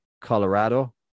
Colorado